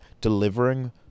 delivering